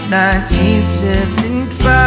1975